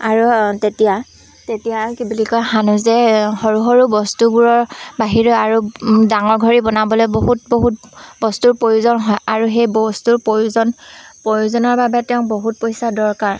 আৰু তেতিয়া তেতিয়া কি বুলি কয় সানুচে সৰু সৰু বস্তুবোৰৰ বাহিৰেও আৰু ডাঙৰ ঘড়ী বনাবলৈ বহুত বহুত বস্তুৰ প্ৰয়োজন হয় আৰু সেই বস্তুৰ প্ৰয়োজন প্ৰয়োজনৰ বাবে তেওঁক বহুত পইচা দৰকাৰ